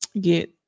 Get